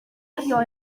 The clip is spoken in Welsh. gario